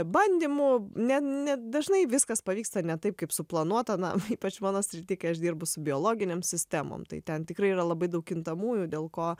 bandymų ne ne dažnai viskas pavyksta ne taip kaip suplanuota na ypač mano srity kai aš dirbu su biologinėm sistemom tai ten tikrai yra labai daug kintamųjų dėl ko